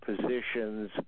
positions